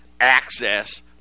access